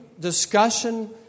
discussion